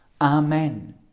Amen